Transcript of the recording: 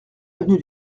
avenue